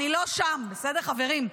אני לא שם, בסדר, חברים?